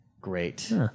Great